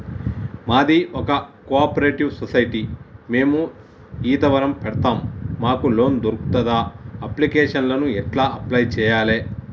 మాది ఒక cooperative society మేము ఈత వనం పెడతం మాకు లోన్ దొర్కుతదా? అప్లికేషన్లను ఎట్ల అప్లయ్ చేయాలే?